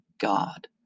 God